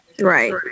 Right